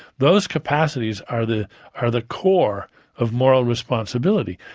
those capacities are the are the core of moral responsibility.